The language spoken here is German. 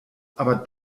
aber